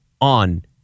on